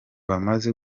bamaze